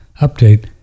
update